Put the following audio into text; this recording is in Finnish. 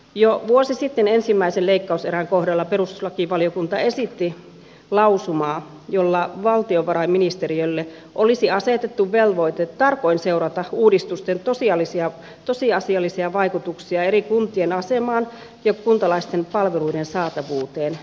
jo vuosi sitten ensimmäisen leikkauserän kohdalla perustuslakivaliokunta esitti lausumaa jolla valtiovarainministeriölle olisi asetettu velvoite tarkoin seurata uudistusten tosiasiallisia vaikutuksia eri kuntien asemaan ja kuntalaisten palveluiden saatavuuteen